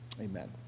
amen